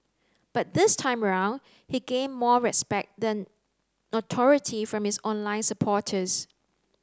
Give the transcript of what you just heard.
but this time round he gained more respect than notoriety from his online supporters